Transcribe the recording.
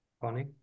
funny